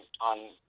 on